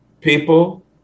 people